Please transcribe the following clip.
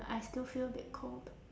but I still feel a bit cold